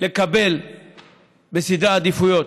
לקבל בסדרי העדיפויות,